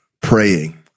praying